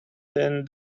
than